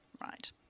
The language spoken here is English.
Right